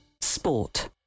Sport